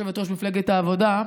העבודה,